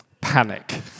Panic